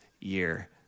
year